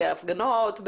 בהפגנות,